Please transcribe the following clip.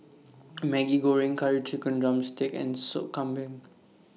Maggi Goreng Curry Chicken Drumstick and Sup Kambing